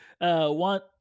Want